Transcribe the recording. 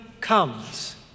comes